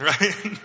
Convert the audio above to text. right